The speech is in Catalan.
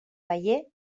veié